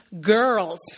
girls